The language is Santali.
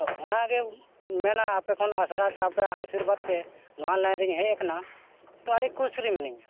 ᱛᱚ ᱚᱱᱟᱜᱮᱧ ᱢᱮᱱᱟ ᱟᱯᱮ ᱠᱷᱚᱱ ᱟᱥᱨᱟ ᱛᱮ ᱟᱯᱮᱭᱟᱜ ᱟᱥᱤᱨᱵᱟᱫ ᱛᱮ ᱱᱚᱣᱟ ᱞᱟᱭᱤᱱ ᱨᱮᱧ ᱦᱮᱡ ᱟᱠᱟᱱᱟ ᱛᱚ ᱟᱹᱰᱤ ᱠᱩᱥᱤ ᱨᱮ ᱢᱤᱱᱟᱹᱧᱟ